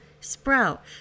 sprout